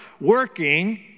working